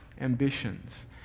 ambitions